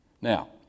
Now